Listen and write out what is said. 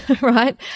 right